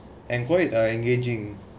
and quite uh engaging